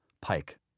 Pike